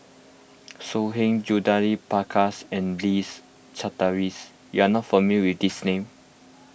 So Heng Judith Prakash and Charteris you are not familiar with these names